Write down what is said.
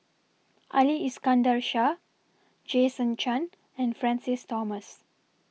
Ali Iskandar Shah Jason Chan and Francis Thomas